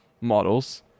models